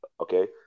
Okay